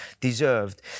deserved